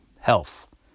health